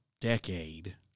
decade